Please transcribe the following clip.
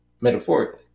metaphorically